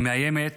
היא מאיימת